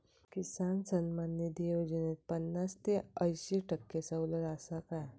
किसान सन्मान निधी योजनेत पन्नास ते अंयशी टक्के सवलत आसा काय?